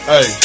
Hey